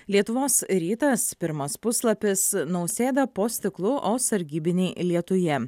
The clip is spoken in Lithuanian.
lietuvos rytas pirmas puslapis nausėda po stiklu o sargybiniai lietuje